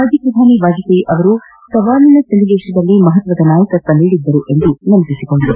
ಮಾಜಿ ಶ್ರಧಾನಿ ವಾಜಪೇಯಿ ಅವರು ಸವಾಲಿನ ಸನ್ನಿವೇಶದಲ್ಲಿ ಮಹತ್ವದ ನಾಯಕತ್ವ ನೀಡಿದ್ದರು ಎಂದರು